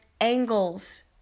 angles